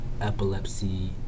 epilepsy